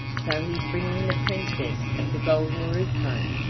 so he's bringing the princess of the golden roof home.